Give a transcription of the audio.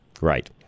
Right